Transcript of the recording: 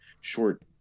short